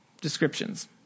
descriptions